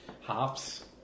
hops